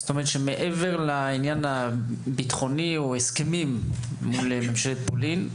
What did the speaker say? מעבר לעניין הביטחוני או הסכמים מול ממשלת פולין,